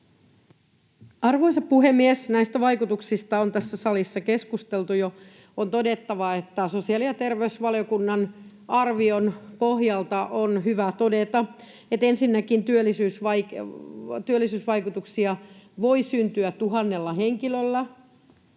Arvoisa puhemies! Näistä vaikutuksista on tässä salissa keskusteltu jo. On todettava, että sosiaali- ja terveysvaliokunnan arvion pohjalta on hyvä todeta, että ensinnäkin työllisyysvaikutuksia voi syntyä tuhannella henkilöllä,